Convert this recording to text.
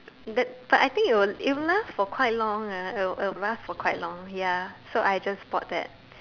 but but I think it will it will last for quite long ah it'll it'll last for quite long ya so I just bought that